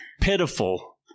pitiful